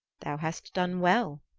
thou hast done well,